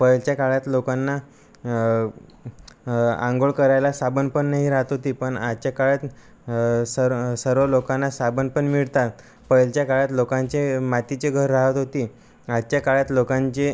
पहिलीच्या काळात लोकांना आंघोळ करायला साबणपण नाही राहत होती पण आजच्या काळात सर सर्व लोकांना साबणपण मिळतात पहिलीच्या काळात लोकांचे मातीचे घर राहत होती आजच्या काळात लोकांचे